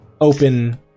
open